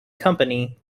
company